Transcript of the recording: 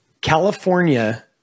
California